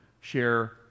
share